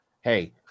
hey